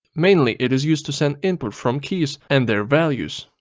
mainly it is used to send input from keys and their value.